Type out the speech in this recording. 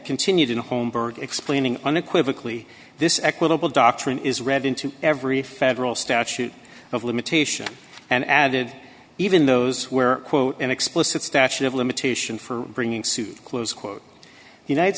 continued in a home birth explaining unequivocally this equitable doctrine is read into every federal statute of limitation and added even those where quote an explicit statute of limitation for bringing suit close quote united